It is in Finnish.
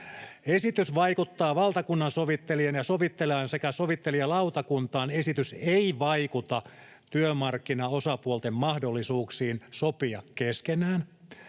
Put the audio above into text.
Esitys vaikuttaa valtakunnansovittelijaan sekä sovittelijalautakuntaan. Esitys ei vaikuta työmarkkinaosapuolten mahdollisuuksiin sopia keskenään.